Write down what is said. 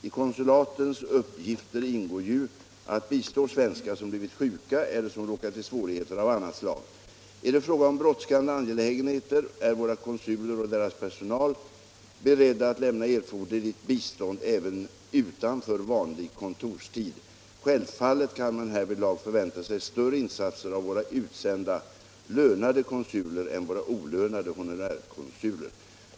I konsulatens uppgifter ingår ju att bistå svenskar som blivit sjuka eller som råkat i svårigheter av annat slag. Är det fråga om brådskande angelägenheter, är våra konsuler och deras personal beredda att lämna erforderligt bistånd även utanför vanlig kontorstid. Självfallet kan man härvidlag förvänta sig större insatser av våra utsända, lönade konsuler än av våra olönade honorärkonsuler.